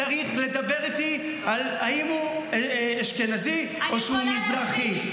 צריך לדבר איתי על אם הוא אשכנזי או שהוא מזרחי.